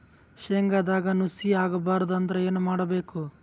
ಶೇಂಗದಾಗ ನುಸಿ ಆಗಬಾರದು ಅಂದ್ರ ಏನು ಮಾಡಬೇಕು?